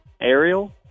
Ariel